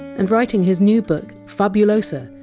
and writing his new book fabulosa!